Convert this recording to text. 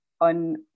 on